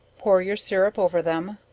pour your sirrup over them,